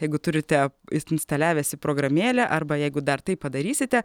jeigu turite įsiinstaliavęsi programėlę arba jeigu dar tai padarysite